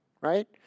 Right